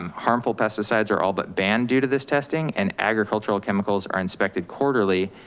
um harmful pesticides are all but banned due to this testing and agricultural chemicals are inspected quarterly,